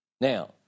Now